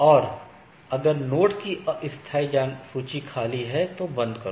और अगर नोड की अस्थायी सूची खाली है तो बंद करो